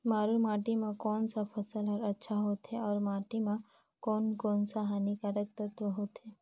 मारू माटी मां कोन सा फसल ह अच्छा होथे अउर माटी म कोन कोन स हानिकारक तत्व होथे?